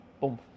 Boom